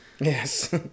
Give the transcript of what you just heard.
Yes